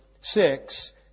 six